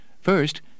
First